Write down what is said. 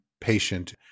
patient